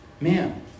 man